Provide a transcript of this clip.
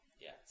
Yes